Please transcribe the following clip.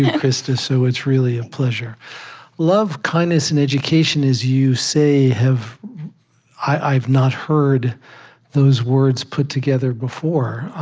krista, so it's really a pleasure love, kindness, and education, as you say, have i've not heard those words put together before.